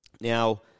Now